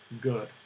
good